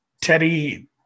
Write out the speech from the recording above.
Teddy